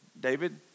David